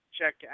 check